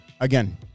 Again